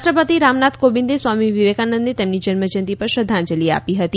રાષ્ટ્રપતિ રામનાથ કોવિંદે સ્વામી વિવેકાનંદને તેમની જન્મ જયંતિ પર શ્રદ્ધાંજલી આપી હતી